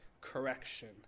correction